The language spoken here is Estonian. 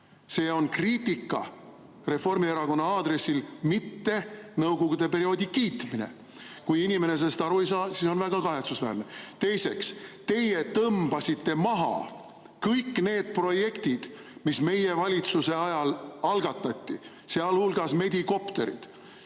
See on kriitika Reformierakonna aadressil, mitte nõukogude perioodi kiitmine. Kui inimene sellest aru ei saa, siis on väga kahetsusväärne. Teiseks, teie tõmbasite maha kõik need projektid, mis meie valitsuse ajal algatati, sealhulgas medikopterid.